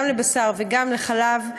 גם לבשר וגם לחלב,